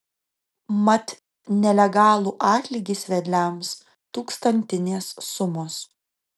mat nelegalų atlygis vedliams tūkstantinės sumos